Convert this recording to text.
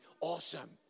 awesome